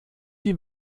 die